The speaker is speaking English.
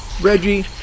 Reggie